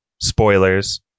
Spoilers